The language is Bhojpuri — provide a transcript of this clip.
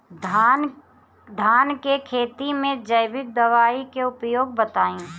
धान के खेती में जैविक दवाई के उपयोग बताइए?